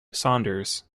saunders